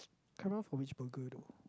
can't remember for which burger though